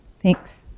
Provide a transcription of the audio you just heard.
Thanks